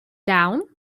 down